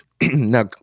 Now